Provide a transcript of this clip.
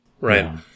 Right